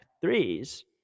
threes